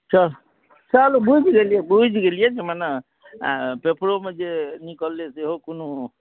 चलू चलू बुझि गेलियै बुझि गेलियै मने पेपरोमे जे निकललै सेहो कोनो